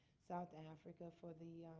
south africa, for the